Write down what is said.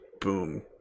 Boom